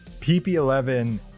pp11